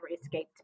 escaped